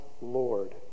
Lord